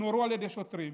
נורו על ידי שוטרים,